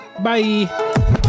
Bye